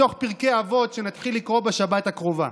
מתוך פרקי אבות, שנתחיל לקרוא בשבת הקרובה,